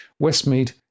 Westmead